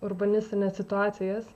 urbanistines situacijas